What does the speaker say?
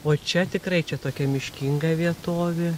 o čia tikrai čia tokia miškinga vietovė